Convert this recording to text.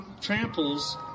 tramples